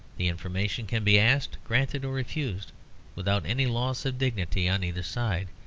the information can be asked, granted, or refused without any loss of dignity on either side,